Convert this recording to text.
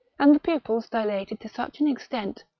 and the pupils dilated to such an extent,